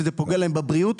וזה פוגע להם בבריאות,